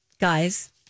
Guys